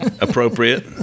appropriate